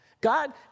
God